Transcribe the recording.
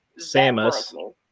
Samus